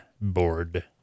board